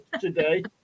today